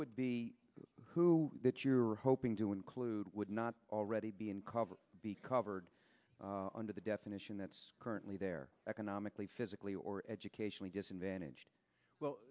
would be who that you're hoping to include would not already be uncovered be covered under the definition that's currently there economically physically or educationally disadvantaged well